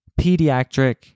Pediatric